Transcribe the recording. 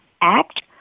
Act